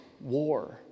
war